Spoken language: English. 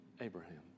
Abraham